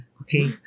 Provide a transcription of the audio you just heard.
Okay